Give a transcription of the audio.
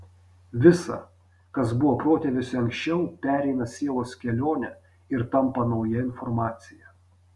visa kas buvo protėviuose anksčiau pereina sielos kelionę ir tampa nauja informacija